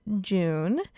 June